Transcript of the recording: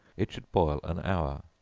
it should boil an hour.